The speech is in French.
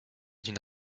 d’une